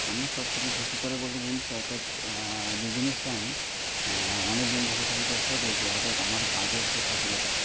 আমার সবথেকে খুশি করে বলতে যে জিনিসটা অর্থাৎ যে জিনিসটা আমি অনেক দিন ধরে ধরুন চেষ্টা করছি অর্থাৎ আমার কাজের যে সফলতা